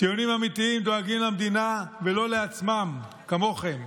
ציונים אמיתיים דואגים למדינה ולא לעצמם, כמוכם.